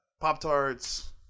Pop-Tarts